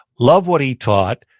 love what he taught,